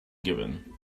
given